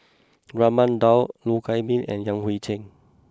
Raman Daud Loh Wai Kiew and Yan Hui Chang